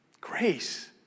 Grace